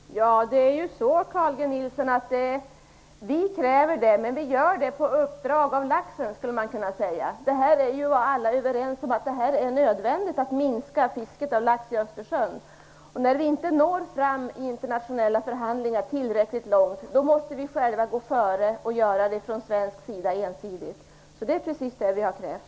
Herr talman! Vi kräver det, Carl G Nilsson, och man skulle kunna säga att vi gör det på uppdrag av laxen. Alla är ju överens om att det är nödvändigt att minska fisket av lax i Östersjön. När vi inte når tillräckligt långt fram i internationella förhandlingar måste vi själva gå före och göra det ensidigt från svensk sida. Det är precis det vi har krävt.